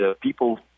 people